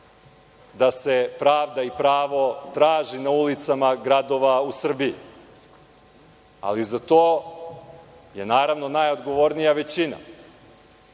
da se pravda i pravo traže na ulicama gradova u Srbiji, ali za to je, naravno, najodgovornija većina,